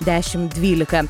dešim dvylika